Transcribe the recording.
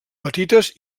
petites